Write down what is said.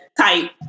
type